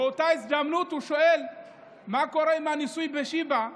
באותה הזדמנות הוא שואל מה קורה עם הניסוי בשיבא,